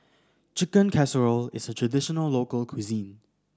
Chicken Casserole is a traditional local cuisine